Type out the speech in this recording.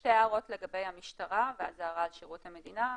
שתי הערות לגבי המשטרה ואז הערה על שירות המדינה.